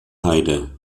heide